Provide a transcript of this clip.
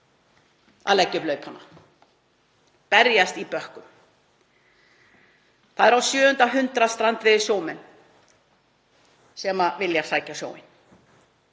að leggja upp laupana, berjast í bökkum. Það er á sjöunda hundrað strandveiðisjómenn sem vilja sækja sjóinn.